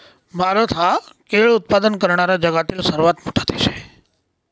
भारत हा केळी उत्पादन करणारा जगातील सर्वात मोठा देश आहे